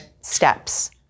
steps